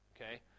Okay